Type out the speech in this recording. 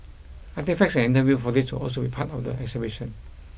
artefacts and interview footage will also be part of the exhibition